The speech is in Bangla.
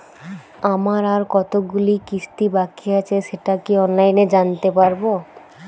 আমার আর কতগুলি কিস্তি বাকী আছে সেটা কি অনলাইনে জানতে পারব?